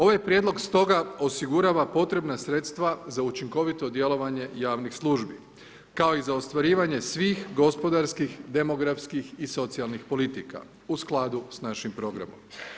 Ovaj Prijedlog stoga osigurava potrebna sredstva za učinkovito djelovanje javnih službi, ako i za ostvarivanje svih gospodarskih, demografskih i socijalnih politika, u skladu s našim programom.